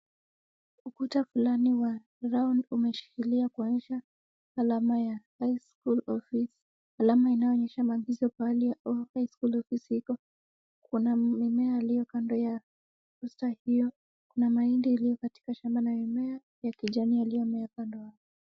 Ukuta fulani wa round umeshikilia kuonyesha alama ya high school office alama inaonyesha maagizo pahali high school office iko. Kuna mimea aliyokando ya poster hiyo, kuna mahindi iliyokatika shamba la mimea ya kijani yaliyomea upande wa.